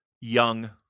young